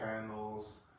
panels